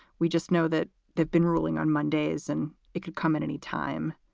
we just know that they've been ruling on mondays and it could come at any time.